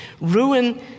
Ruin